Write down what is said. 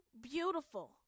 beautiful